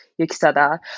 Yukisada